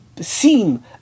seem